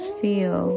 feel